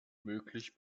möglich